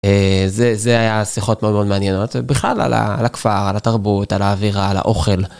זה היה שיחות מאוד מעניינות בכלל על הכפר על התרבות על האווירה על האוכל.